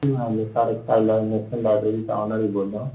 جی میں نثار انصار لائبریری کا آنر ہی بول رہا ہوں